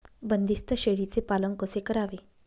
बंदिस्त शेळीचे पालन कसे करावे?